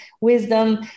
wisdom